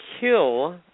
kill